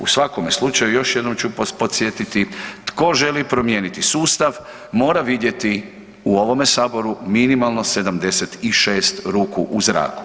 U svakom slučaju još jednom ću podsjetiti, tko želi promijeniti sustav mora vidjeti u ovome Saboru minimalno 76 ruku u zraku.